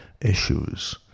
issues